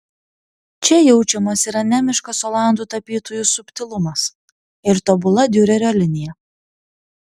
čia jaučiamas ir anemiškas olandų tapytojų subtilumas ir tobula diurerio linija